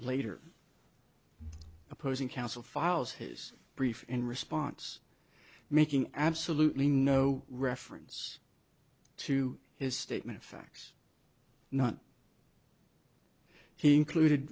later opposing counsel files his brief in response making absolutely no reference to his statement of facts not he included